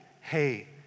hey